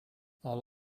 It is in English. all